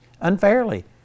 unfairly